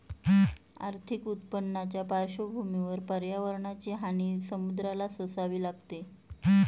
आर्थिक उत्पन्नाच्या पार्श्वभूमीवर पर्यावरणाची हानी समुद्राला सोसावी लागते